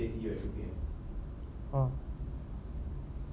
uh